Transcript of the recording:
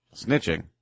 Snitching